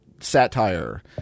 Satire